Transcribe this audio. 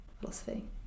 philosophy